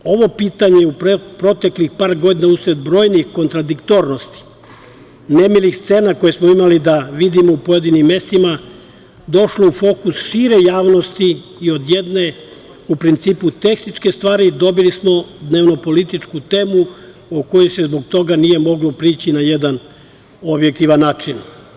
Ovo pitanje u proteklih par godina usled brojnih kontradiktornosti, nemilih scena koje smo mogli da vidimo u pojedinim mestima, došlo u fokus šire javnosti i od jedne, u principu tehničke stvari, dobili smo dnevnopolitičku temu kojoj se zbog toga nije moglo prići na jedan objektivan način.